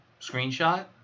screenshot